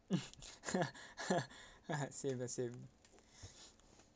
still the same